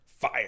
Fire